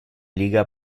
liga